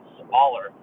smaller